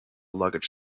luggage